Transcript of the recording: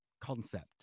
concept